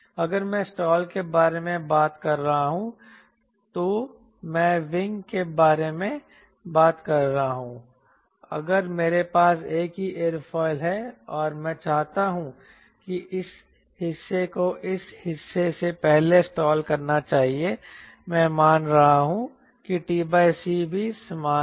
अगर मैं स्टॉल के बारे में बात कर रहा हूं तो मैं विंग के बारे में बात कर रहा हूं अगर मेरे पास एक ही एयरोफिल है और मैं चाहता हूं कि इस हिस्से को इस हिस्से से पहले स्टाल करना चाहिए मैं मान रहा हूं कि t c भी समान है